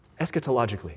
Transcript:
eschatologically